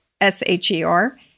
S-H-E-R